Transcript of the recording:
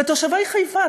ותושבי חיפה,